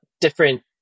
different